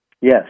Yes